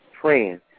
praying